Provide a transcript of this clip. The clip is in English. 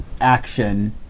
action